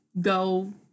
go